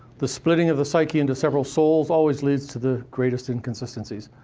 the splitting of the psyche into several souls always leads to the greatest inconsistencies.